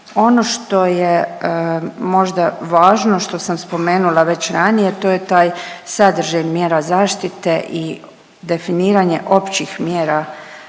Ono što je možda važno što sam spomenula već ranije, to je taj sadržaj mjera zaštite i definiranje općih mjera zaštite